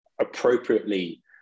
appropriately